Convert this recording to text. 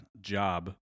job